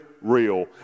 real